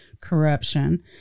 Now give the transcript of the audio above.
corruption